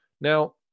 Now